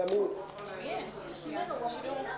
הישיבה ננעלה